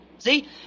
See